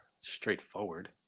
straightforward